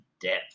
depth